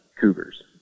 cougars